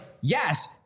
yes—